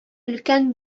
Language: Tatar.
өлкән